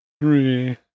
Three